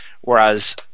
Whereas